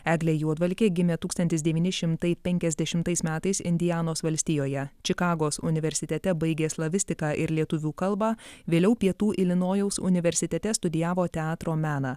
eglė juodvalkė gimė tūkstantis devyni šimtai penkiasdešimtais metais indianos valstijoje čikagos universitete baigė slavistiką ir lietuvių kalbą vėliau pietų ilinojaus universitete studijavo teatro meną